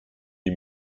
die